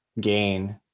gain